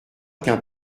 qu’un